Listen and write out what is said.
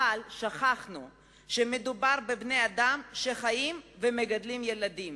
אבל שכחנו שמדובר בבני-אדם שחיים ומגדלים ילדים.